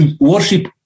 worship